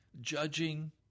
judging